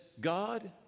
God